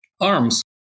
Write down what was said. arms